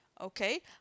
Okay